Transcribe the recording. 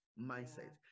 mindset